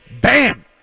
Bam